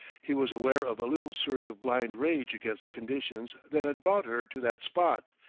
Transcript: he was aware of a little surge of blind rage against the conditions that had brought her to that spot,